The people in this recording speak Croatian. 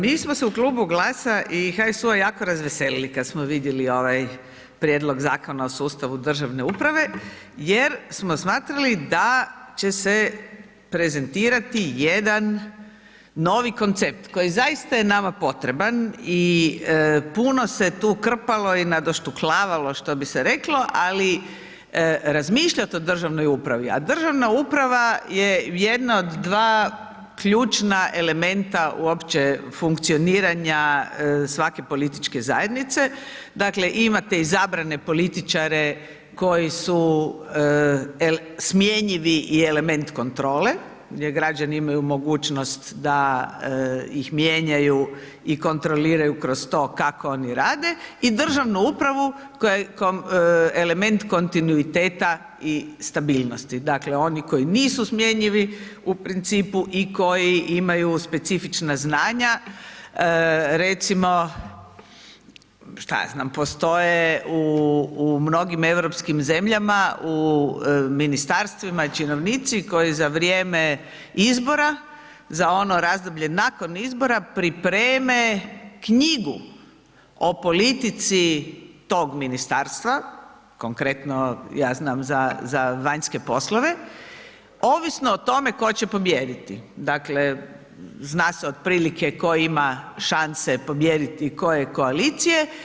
Mi smo se u Klubu GLAS-a i HSU-a jako razveselili kad smo vidjeli ovaj prijedlog Zakona o sustavu državne uprave jer smo smatrali da će se prezentirati jedan novi koncept koji zaista je nama potreban i puno se tu krpalo i nadoštuklavalo, što bi se reklo, ali razmišljati o državnoj upravi, a državna uprava je jedno od dva ključna elementa uopće funkcioniranja svake političke zajednice, dakle, imate i zabrane političare koji su smjenjivi i element kontrole gdje građani imaju mogućnost da ih mijenjaju i kontroliraju kroz to kako oni rade i državnu upravu, koja je element kontinuiteta i stabilnosti, dakle, oni koji nisu smjenjivi u principu i koji imaju specifična znanja, recimo, što ja znam, postoje u mnogim europskim zemljama, u ministarstvima činovnici koji za vrijeme izbora, za ono razdoblje nakon izbora pripreme knjigu o politici tog ministarstva, konkretno ja znam za vanjske poslove, ovisno o tome tko će pobijediti, dakle, zna se otprilike tko ima šanse pobijediti i koje koalicije.